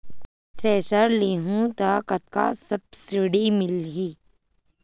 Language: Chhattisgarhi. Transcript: थ्रेसर लेहूं त कतका सब्सिडी मिलही?